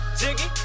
jiggy